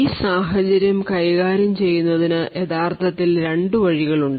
ഈ സാഹചര്യം കൈകാര്യം ചെയ്യുന്നതിന് യഥാർത്ഥത്തിൽ രണ്ട് വഴികളുണ്ട്